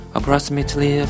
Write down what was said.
Approximately